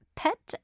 pet